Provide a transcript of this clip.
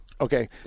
Okay